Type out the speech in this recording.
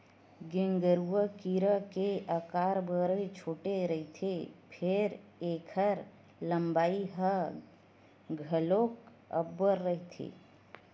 गेंगरूआ कीरा के अकार बड़े छोटे रहिथे फेर ऐखर लंबाई ह घलोक अब्बड़ रहिथे